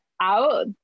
out